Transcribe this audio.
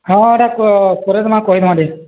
ହଁ ଏଟା କରେଇଦେମା କହିଦେମା ଟିକେ